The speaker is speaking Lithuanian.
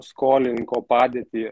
skolininko padėtį